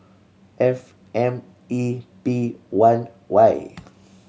F M E P one Y